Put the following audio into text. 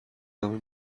نام